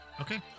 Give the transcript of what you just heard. okay